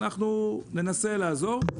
ואנחנו ננסה לעזור.